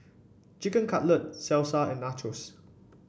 Chicken Cutlet Salsa and Nachos